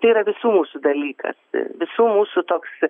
tai yra visų mūsų dalykas visų mūsų toks